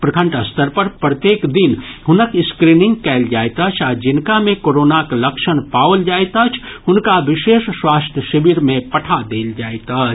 प्रखंड स्तर पर प्रत्येक दिन हुनक स्क्रीनिंग कयल जाइत अछि आ जिनका मे कोरोनाक लक्षण पाओल जाइत अछि हुनका विशेष स्वास्थ्य शिविर मे पठा देल जाइत अछि